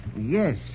yes